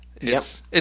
Yes